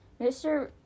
Mr